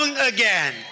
again